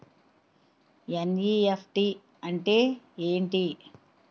NEFT అంటే ఎంటి?